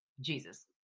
Jesus